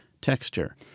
texture